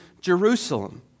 Jerusalem